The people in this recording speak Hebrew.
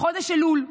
בחודש אלול,